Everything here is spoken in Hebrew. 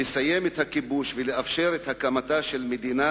לסיים את הכיבוש ולאפשר את הקמתה של מדינה